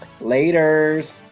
Laters